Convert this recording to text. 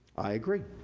i agree.